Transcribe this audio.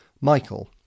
Michael